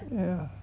ya